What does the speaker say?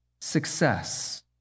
success